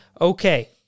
Okay